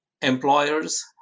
employers